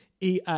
EA